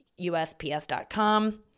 USPS.com